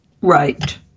Right